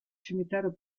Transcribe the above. cimitero